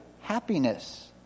happiness